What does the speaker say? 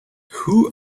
who